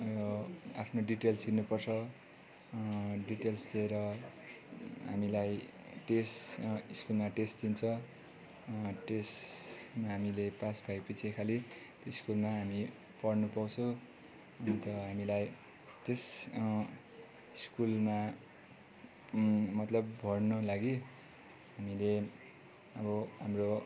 आफ्नो डिटेल्स दिनुपर्छ डिटेल्स दिएर हामीलाई टेस्ट स्कुलमा टेस्ट लिन्छ टेस्टमा हामीले पास गरेपछि खालि त्यो स्कुलमा हामी पढ्नु पाउँछौँ अन्त हामीलाई त्यस स्कुलमा मतलब भर्नु लागि हामीले अब हाम्रो